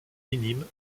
minimes